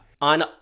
on